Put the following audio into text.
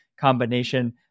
Combination